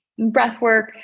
breathwork